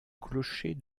clocher